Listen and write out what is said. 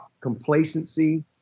complacency